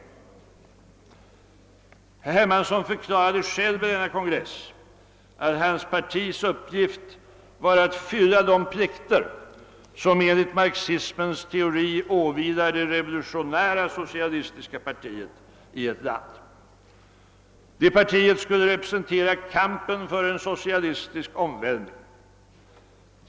Herr Hermansson förklarade själv vid denna kongress, att hans partis uppgift var att »fylla de plikter som enligt marxismens teori åvilar det revolutionära socialistiska partiet i ett land». Detta parti skulle representera »kampen för en socialistisk omvälvning».